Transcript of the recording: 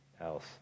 else